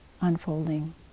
unfolding